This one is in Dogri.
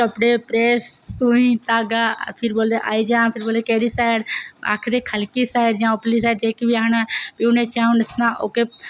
कपड़े प्रैस सूई धागा फ्ही बोलदे केह्ड़ी साईड़ फ्ही बोलदे आई जा आखदे खलकी साईड़ जा उप्परली साईड़ केह् की बी आई जा ते उ'न्नै आना ते बी उनें च'ऊं नस्सना